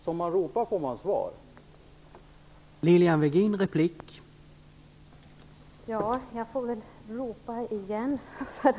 Som man ropar får man alltså svar.